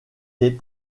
est